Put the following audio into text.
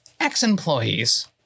ex-employees